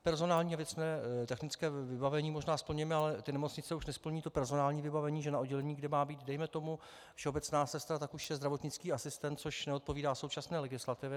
Personální a věcné technické vybavení možná splňujeme, ale nemocnice už nesplňují personální vybavení, že na oddělení, kde má být dejme tomu všeobecná sestra, tak už je zdravotnický asistent, což neodpovídá současné legislativě.